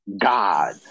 God